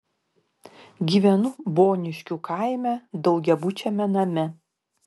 gyvenu boniškių kaime daugiabučiame name